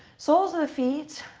soles of the feet